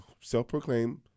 self-proclaimed